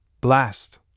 Blast